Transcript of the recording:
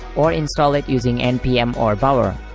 or install it using npm or bower.